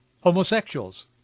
homosexuals